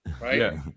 right